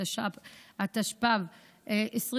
התשפ"ב 2022,